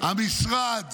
המשרד